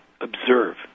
Observe